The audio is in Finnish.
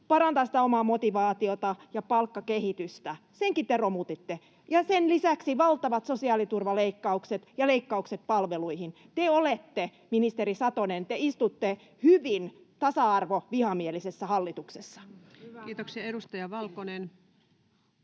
parantaa omaa motivaatiota ja palkkakehitystä? Senkin te romutitte. Sen lisäksi tuli valtavat sosiaaliturvaleikkaukset ja leikkaukset palveluihin. Ministeri Satonen, te istutte hyvin tasa-arvovihamielisessä hallituksessa. [Speech 75] Speaker: